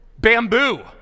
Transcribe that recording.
Bamboo